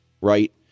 right